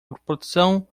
reprodução